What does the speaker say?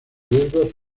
riesgos